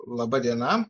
laba diena